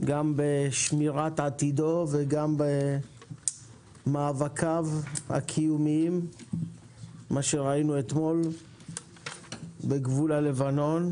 בשמירת עתידו וגם במאבקיו הקיומיים כמו שראינו אתמול בגבול לבנון,